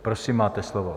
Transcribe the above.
Prosím, máte slovo.